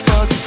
Fuck